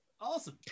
Awesome